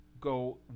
go